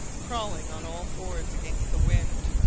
crawling on all fours against the wind,